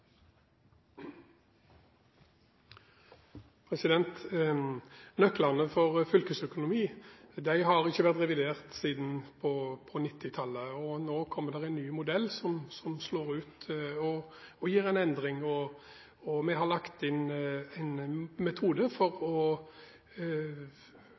Nøklene for fylkesøkonomi har ikke vært revidert siden på 1990-tallet, og nå kommer det en ny modell som slår ut og gjør en endring. Vi